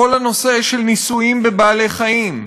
כל הנושא של ניסויים בבעלי-חיים,